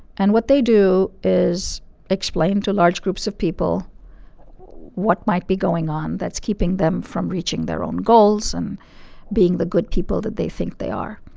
and what they do is explain to large groups of people what might be going on that's keeping them from reaching their own goals and being the good people that they think they are.